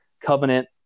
covenant